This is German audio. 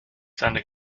seiner